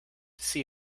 see